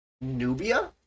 Nubia